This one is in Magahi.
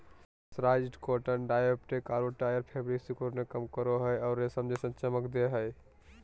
मर्सराइज्ड कॉटन डाई अपटेक आरो टियर फेब्रिक सिकुड़न के कम करो हई आरो रेशम जैसन चमक दे हई